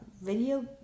Video